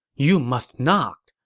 you must not.